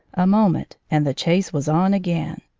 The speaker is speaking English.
a mo ment, and the chase was on again.